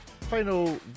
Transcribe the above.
Final